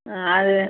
ஆ அது